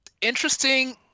interesting